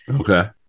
Okay